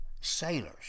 sailors